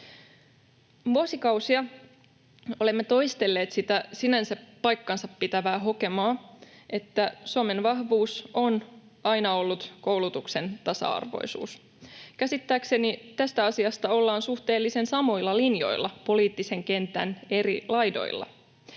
Vuosikausia olemme toistelleet sitä sinänsä paikkansapitävää hokemaa, että Suomen vahvuus on aina ollut koulutuksen tasa-arvoisuus. Käsittääkseni tästä asiasta ollaan suhteellisen samoilla linjoilla poliittisen kentän eri laidoilla.